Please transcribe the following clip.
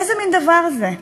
איזה מין דבר זה?